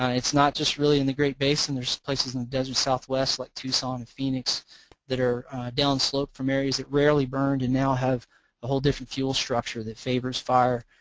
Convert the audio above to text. it's not just really in the great basin, there's places like in the desert southwest like tucson and phoenix that are down slope from areas that rarely burned and now have a whole different fuel structure that favors fire.